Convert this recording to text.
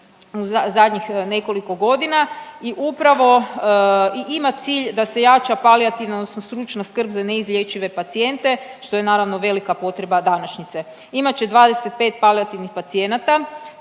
u zadnjih nekoliko godina i upravo i ima cilj da se jača palijativna odnosno stručna skrb za neizlječive pacijente što je naravno velika potreba današnjice. Imat će 25 palijativnih pacijenata